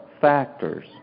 factors